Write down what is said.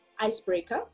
icebreaker